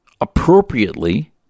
appropriately